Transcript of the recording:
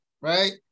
right